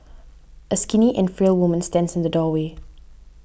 a skinny and frail woman stands in the doorway